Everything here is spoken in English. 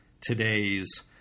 today's